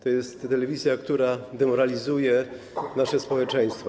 To jest telewizja, która demoralizuje nasze społeczeństwo.